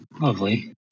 Lovely